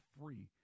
free